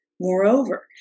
Moreover